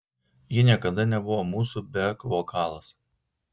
ji niekada nebuvo mūsų bek vokalas